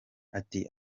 ati